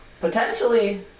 potentially